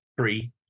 three